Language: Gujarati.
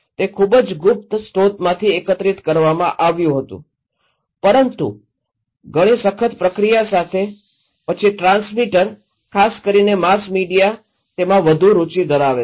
તે ખૂબ જ ગુપ્ત સ્રોતમાંથી એકત્રિત કરવામાં આવ્યું હતું પરંતુ ઘણી સખત પ્રક્રિયા સાથે પછી ટ્રાન્સમીટર ખાસ કરીને માસ મીડિયા તેમાં વધુ રુચિ ધરાવે છે